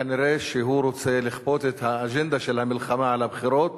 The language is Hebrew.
כנראה הוא רוצה לכפות את האג'נדה של המלחמה על הבחירות